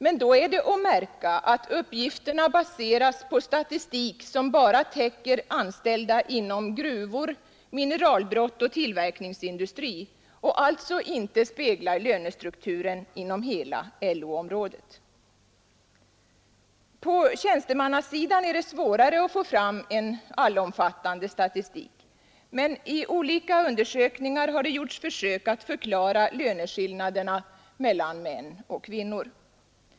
Men då är att märka att uppgifterna baseras på statistik som bara täcker anställda inom gruvor, mineralbrott och tillverkningsindustrin och alltså inte speglar lönestrukturen inom hela LO-området. På tjänstemannasidan är det svårare att få fram en allomfattande statistik, men i olika undersökningar har det gjorts försök att förklara löneskillnaden mellan män och kvinnor.